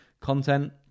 content